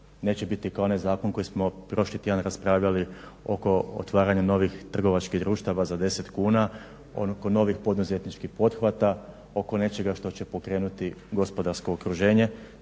neće biti kao onaj zakon koji smo prošli tjedan raspravljali oko otvaranja novih trgovačkih društava za 10 kn, oko novih poduzetničkih pothvata, oko nečega što će pokrenuti gospodarsko okruženje,